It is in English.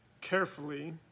carefully